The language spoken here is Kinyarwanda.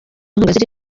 inkunga